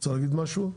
את רוצה להגיד משהו?